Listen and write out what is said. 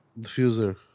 diffuser